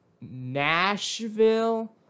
Nashville